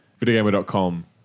videogamer.com